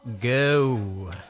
go